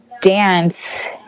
dance